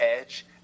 Edge